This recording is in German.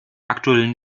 aktuellen